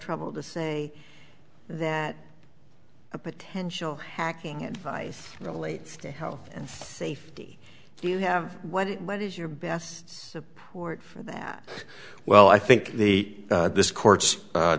trouble to say that a potential hacking advice relates to health and safety do you have what it what is your best support for that well i think the this